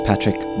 Patrick